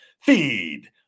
Feed